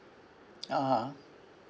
(uh huh)